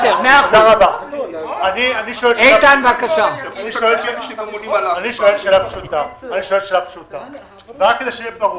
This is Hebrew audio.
אני שואל שאלה פשוטה ורק כדי שזה יהיה ברור.